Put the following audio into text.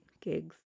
gigs